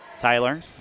Tyler